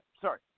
Sorry